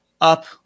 up